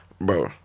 bro